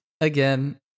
Again